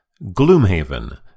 Gloomhaven